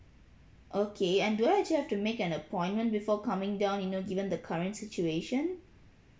okay and do I actually have to make an appointment before coming down you know given the current situation